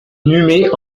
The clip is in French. humait